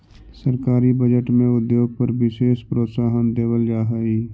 सरकारी बजट में उद्योग पर विशेष प्रोत्साहन देवल जा हई